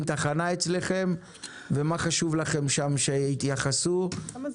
תחנה אצלכם ומה חשוב לכם שם שיתייחסו אליו,